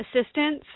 assistance